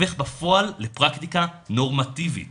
הופך בפועל לפרקטיקה נורמטיבית